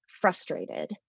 frustrated